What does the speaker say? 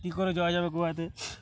কী করে যাওয়া যাবে গোয়াতে